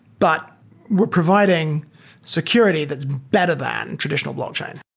but we're providing security that is better than traditional blockchain.